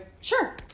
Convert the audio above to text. Sure